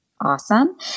awesome